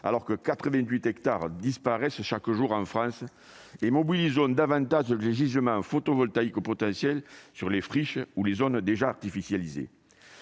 dont 88 hectares disparaissent chaque jour en France. Mobilisons davantage les gisements photovoltaïques potentiels sur les friches ou les zones déjà artificialisées.